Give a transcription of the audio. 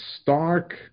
stark